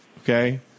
okay